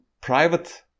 private